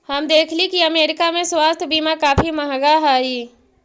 हम देखली की अमरीका में स्वास्थ्य बीमा काफी महंगा हई